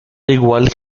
igual